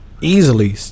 easily